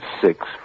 six